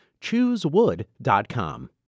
Choosewood.com